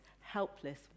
helpless